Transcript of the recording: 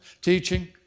teaching